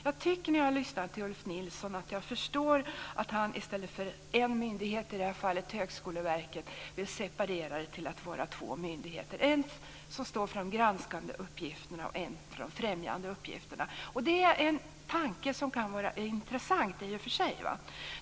Jag tycker, när jag lyssnar till Ulf Nilsson, att jag förstår att han i stället för en myndighet, i det här fallet Högskoleverket, vill separera det till två myndigheter - en som står för de granskande uppgifterna och en som står för de främjande uppgifterna. Det är en tanke som kan vara intressant i och för sig.